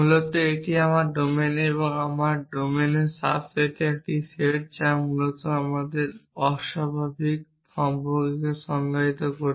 মূলত এটি আমার ডোমেনে আমার ডোমেনের সাবসেটের একটি সেট যা মূলত মানুষের অস্বাভাবিক সম্পর্ককে সংজ্ঞায়িত করে